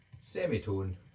semitone